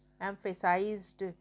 emphasized